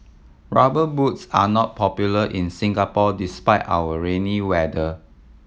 Rubber Boots are not popular in Singapore despite our rainy weather